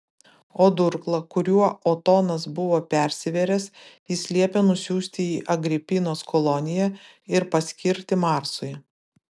o durklą kuriuo otonas buvo persivėręs jis liepė nusiųsti į agripinos koloniją ir paskirti marsui